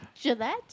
Gillette